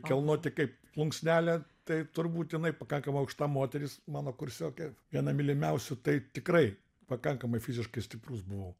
kelnoti kaip plunksnelę tai turbūt jinai pakankamai aukšta moteris mano kursiokė viena mylimiausių tai tikrai pakankamai fiziškai stiprus buvau